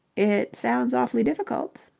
it sounds awfully difficult.